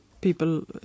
people